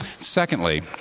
Secondly